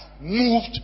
moved